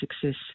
success